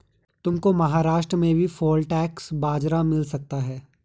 तुमको महाराष्ट्र में भी फॉक्सटेल बाजरा मिल सकता है